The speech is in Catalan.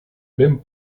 ben